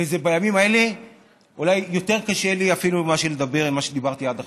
וזה בימים האלה אולי יותר קשה לי אפילו מאשר לדבר מה שדיברתי עד עכשיו.